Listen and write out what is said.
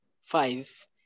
Five